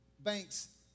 Banks